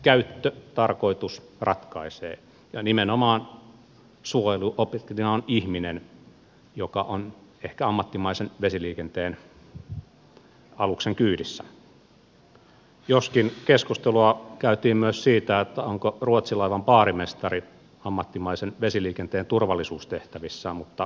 käyttötarkoitus ratkaisee ja suojeluobjektina on nimenomaan ihminen joka on ehkä ammattimaisen vesiliikenteen aluksen kyydissä joskin keskustelua käytiin myös siitä onko ruotsinlaivan baarimestari ammattimaisen vesiliikenteen turvallisuustehtävissä mutta kenties ei